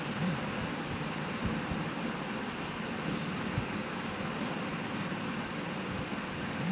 पौधा लगी पोषक वृहत तत्व जैसे कैल्सियम, मैग्नीशियम औरो गंधक जरुरी होबो हइ